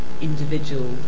individual